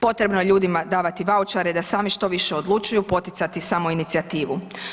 Potrebno je ljudima davati vaučere da sami što više odlučuju poticati samoinicijativu.